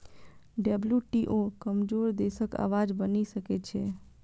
WTO कमजोर देशक आवाज बनि सकै छै